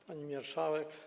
Pani Marszałek!